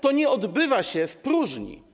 To nie odbywa się w próżni.